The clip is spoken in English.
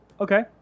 Okay